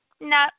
no